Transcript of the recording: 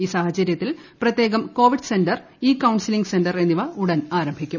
ഈ സാഹചര്യത്തിൽ പ്രത്യേകം Covid centre e counselling centre എന്നിവ ഉടൻ ആരംഭിക്കും